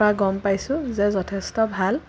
পৰা গম পাইছোঁ যে যথেষ্ট ভাল